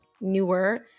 newer